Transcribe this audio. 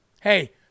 hey